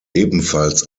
ebenfalls